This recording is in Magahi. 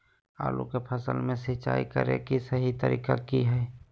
आलू की फसल में सिंचाई करें कि सही तरीका की हय?